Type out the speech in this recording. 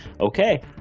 Okay